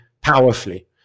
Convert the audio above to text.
powerfully